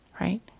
right